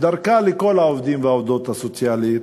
ודרכה לכל העובדים והעובדות הסוציאליים,